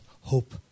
Hope